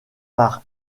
par